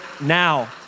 now